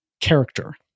character